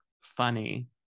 funny